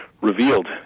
revealed